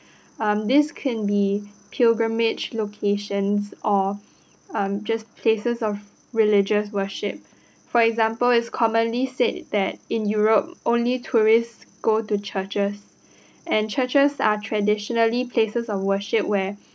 um this can be pilgrimage locations or um just places of religious worship for example it's commonly said that in europe only tourists go to churches and churches are traditionally places of worship where